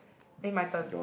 eh my turn